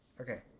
okay